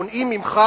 מונעים ממך,